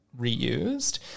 reused